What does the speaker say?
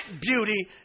beauty